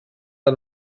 der